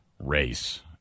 race